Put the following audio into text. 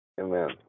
Amen